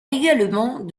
également